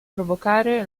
provocare